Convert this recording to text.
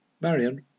Marian